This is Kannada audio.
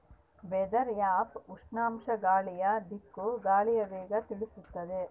ವೆದರ್ ಆ್ಯಪ್ ಉಷ್ಣಾಂಶ ಗಾಳಿಯ ದಿಕ್ಕು ಗಾಳಿಯ ವೇಗ ತಿಳಿಸುತಾದ